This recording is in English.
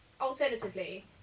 alternatively